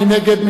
מי נגד?